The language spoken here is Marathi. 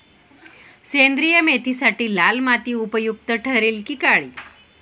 सेंद्रिय मेथीसाठी लाल माती उपयुक्त ठरेल कि काळी?